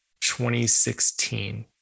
2016